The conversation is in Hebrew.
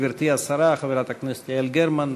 גברתי השרה, חברת הכנסת יעל גרמן,